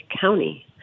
county